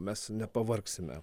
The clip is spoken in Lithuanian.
mes nepavargsime